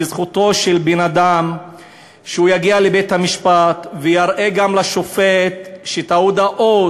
וזכותו של בן-אדם שהוא יגיע לבית-המשפט ויראה גם לשופט שאת ההודאות,